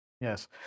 Yes